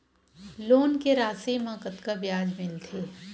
Loan के राशि मा कतका ब्याज मिलथे?